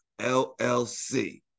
LLC